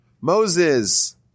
Moses